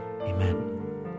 amen